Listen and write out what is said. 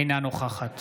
אינה נוכחת